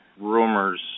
rumors